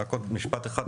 רק עוד משפט אחד,